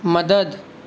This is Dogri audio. मदद